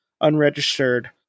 unregistered